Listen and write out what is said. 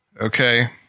Okay